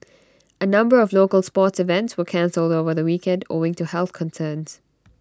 A number of local sports events were cancelled over the weekend owing to health concerns